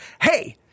hey